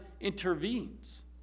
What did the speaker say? intervenes